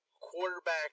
quarterback